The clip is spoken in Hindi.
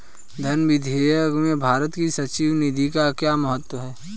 धन विधेयक में भारत की संचित निधि का क्या महत्व है?